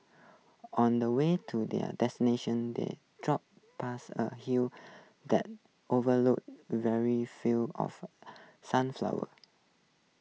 on the way to their destination they drove past A hill that overlooked very fields of sunflowers